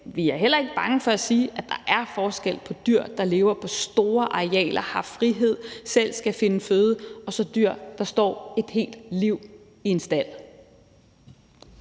vi er heller ikke bange for at sige, at der er forskel på dyr, der lever på store arealer, har frihed og selv skal finde føde, og dyr, der står et helt liv i en stald.